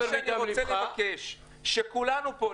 אני רוצה לבקש שכולנו פה,